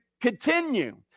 continue